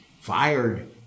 fired